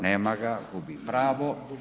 Nema ga, gubi pravo.